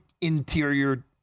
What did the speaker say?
interior